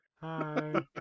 Hi